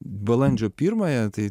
balandžio pirmąją tai